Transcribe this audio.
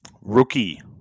Rookie